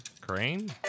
Crane